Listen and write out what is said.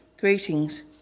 Greetings